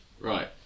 Right